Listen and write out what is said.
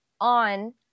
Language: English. on